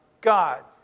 God